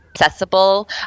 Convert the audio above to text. accessible